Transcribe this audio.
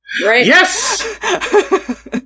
Yes